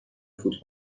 فوت